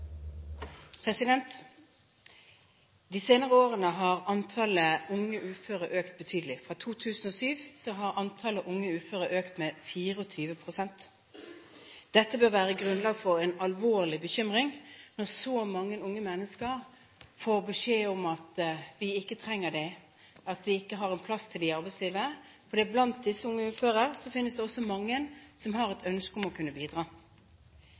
De senere årene har antallet unge uføre økt betydelig. Fra 2007 har antallet unge uføre økt med 24 pst. Det bør være grunnlag for en alvorlig bekymring når så mange unge mennesker får beskjed om at vi ikke trenger dem, at vi ikke har en plass til dem i arbeidslivet, for blant disse unge uføre finnes det også mange som har et ønske om å kunne bidra.